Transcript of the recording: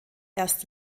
erst